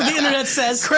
internet says.